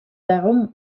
daarom